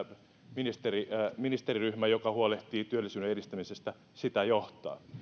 jota johtaa ministeriryhmä joka huolehtii työllisyyden edistämisestä